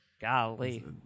Golly